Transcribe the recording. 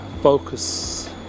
focus